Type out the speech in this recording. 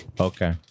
Okay